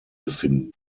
befinden